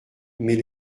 mais